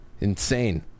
Insane